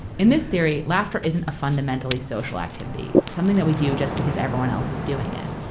in this theory, laughter isn't a fundamentally social activity, something that we do just because everyone else is doing it.